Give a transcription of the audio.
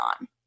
on